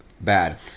bad